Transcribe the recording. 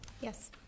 Yes